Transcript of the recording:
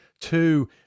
two